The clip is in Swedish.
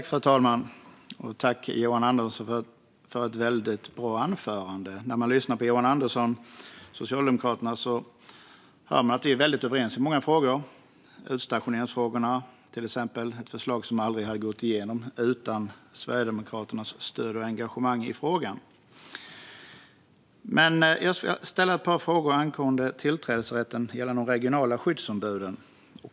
Fru talman! Tack, Johan Andersson, för ett väldigt bra anförande! När jag lyssnar på Johan Andersson från Socialdemokraterna hör jag att vi är överens i många frågor. Det gäller till exempel utstationeringsfrågorna - ett förslag som aldrig hade gått igenom utan Sverigedemokraternas stöd och engagemang i frågan. Jag ska ställa ett par frågor angående tillträdesrätten gällande de regionala skyddsombuden.